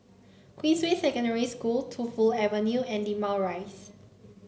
Queensway Secondary School Tu Fu Avenue and Limau Rise